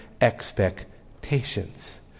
expectations